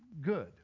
good